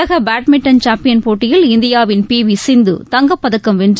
உலக badminton champion போட்டியில் இந்தியாவின் பி வி சிந்து தங்கப்பதக்கம் வென்று